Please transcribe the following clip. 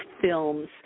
films